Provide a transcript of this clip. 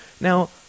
now